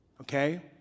Okay